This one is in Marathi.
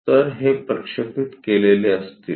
तर हे प्रक्षेपित केलेले असतील